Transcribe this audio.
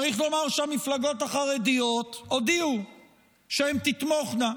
צריך לומר שהמפלגות החרדיות הודיעו שהן תתמוכנה,